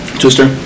Twister